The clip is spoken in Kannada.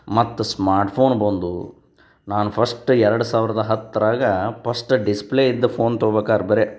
ಮತ್ತು ಸ್ಮಾರ್ಟ್ಫೋನ್ ಬಂದವು ನಾನು ಫಸ್ಟ್ ಎರಡು ಸಾವಿರದ ಹತ್ತರಾಗ ಪಶ್ಟ್ ಡಿಸ್ಪ್ಲೇ ಇದ್ದ ಫೋನ್ ತಗೊಬೇಕಾರೆ ಬರೀ